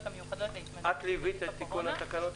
המיוחדות להתמודדות עם נגיף הקורונה.